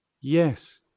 yes